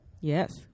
yes